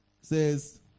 says